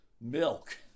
milk